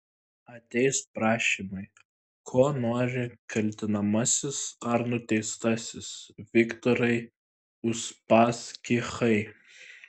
ateis prašymai ko nori kaltinamasis ar nuteistasis viktorai uspaskichai